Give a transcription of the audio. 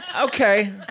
Okay